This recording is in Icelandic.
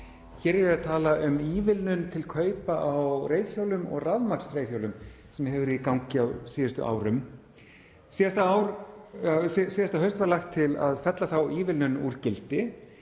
Hér er ég að tala um ívilnun til kaupa á reiðhjólum og rafmagnsreiðhjólum sem hefur verið í gangi á síðustu árum. Síðasta haust var lagt til að fella þá ívilnun úr gildi